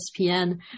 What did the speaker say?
ESPN